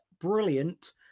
brilliant